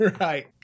Right